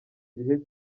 gihe